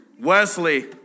Wesley